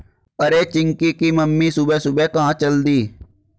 अरे चिंकी की मम्मी सुबह सुबह कहां चल दी?